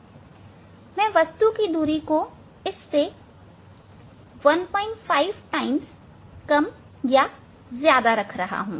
मैं वस्तु की दूरी को इससे 15 गुना ज्यादा या कम रख रहा हूं